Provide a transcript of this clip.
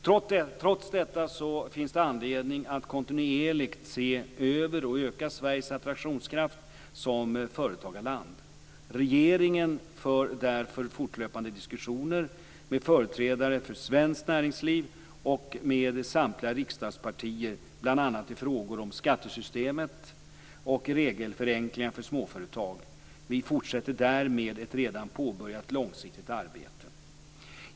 Trots detta finns det anledning att kontinuerligt se över och öka Sveriges attraktionskraft som företagarland. Regeringen för därför fortlöpande diskussioner med företrädare för svenskt näringsliv och med samtliga riksdagspartier, bl.a. i frågor om skattesystemet och regelförenklingar för småföretag. Vi fortsätter därmed ett redan påbörjat långsiktigt arbete.